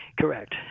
Correct